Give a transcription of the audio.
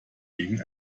gegen